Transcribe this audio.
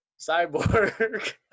Cyborg